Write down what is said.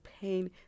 pain